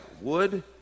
wood